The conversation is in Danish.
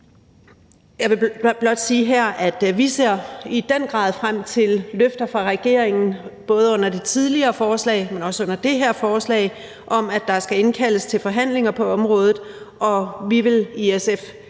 jeg vil blot sige her, at vi i den grad ser frem til løfter fra regeringen, afgivet både under det tidligere forslag, men også under det her forslag, om, at der skal indkaldes til forhandlinger på området, og vi vil i SF